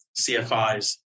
CFIs